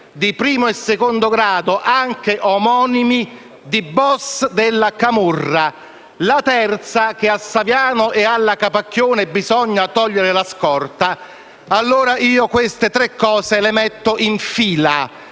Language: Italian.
di primo o secondo grado e anche omonimi di *boss* della camorra. La terza: che a Saviano e alla Capacchione bisogna togliere la scorta. Queste tre affermazioni le metto in fila,